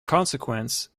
consequence